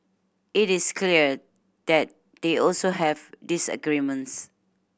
it is clear that they also have disagreements